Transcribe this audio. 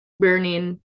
burning